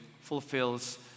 fulfills